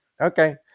Okay